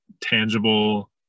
Tangible